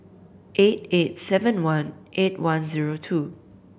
eight eight seven one eight one zero two